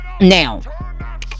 now